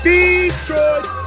Detroit